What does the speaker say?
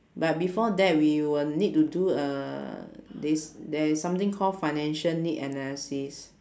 but before that we will need to do uh this there's something called financial need analysis